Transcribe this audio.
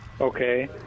Okay